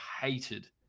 hated